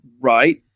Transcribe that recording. right